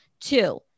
Two